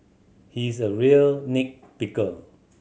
he is a real nit picker